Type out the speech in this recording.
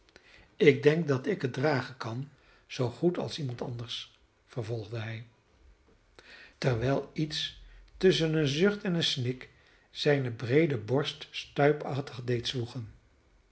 ik denk dat ik het dragen kan zoo goed als iemand anders vervolgde hij terwijl iets tusschen een zucht en een snik zijne breede borst